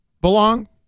belong